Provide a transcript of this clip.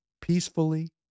peacefully